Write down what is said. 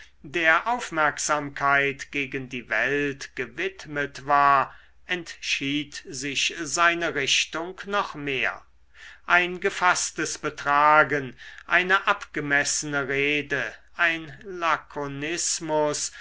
der aufmerksamkeit gegen die welt gewidmet war entschied sich seine richtung noch mehr ein gefaßtes betragen eine abgemessene rede ein